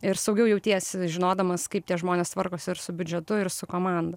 ir saugiau jautiesi žinodamas kaip tie žmonės tvarkosi ir su biudžetu ir su komanda